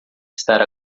estar